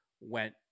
went